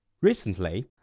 Recently